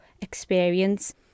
experience